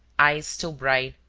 eyes still bright,